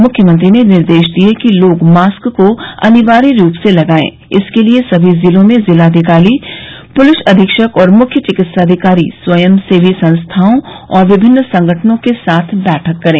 मुख्यमंत्री ने निर्देश दिये कि लोग मास्क को अनिवार्य रूप से लगाये इसके लिये सभी जिलों में जिलाधिकारी पुलिस अधीक्षक और मुख्य चिकित्साधिकारी स्वयंसेवी संस्थाओं और विभिन्न संगठनों के साथ बैठक करे